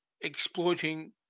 exploiting